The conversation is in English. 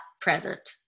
present